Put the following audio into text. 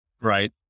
right